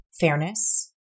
fairness